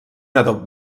adob